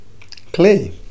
clay